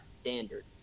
standard